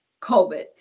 COVID